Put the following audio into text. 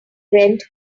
rent